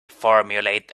formulate